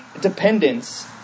dependence